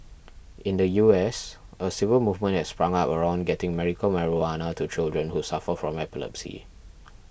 in the U S a civil movement has sprung up around getting medical marijuana to children who suffer from epilepsy